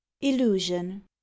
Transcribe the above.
Illusion